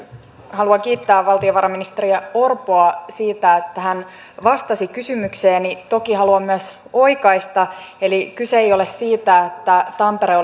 haluan kiittää valtiovarainministeri orpoa siitä että hän vastasi kysymykseeni toki haluan myös oikaista eli kyse ei ole siitä että tampere